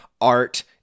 art